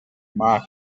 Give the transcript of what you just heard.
mark